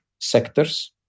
sectors